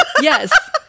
Yes